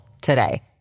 today